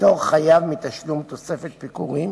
לפטור חייב מתשלום תוספת פיגורים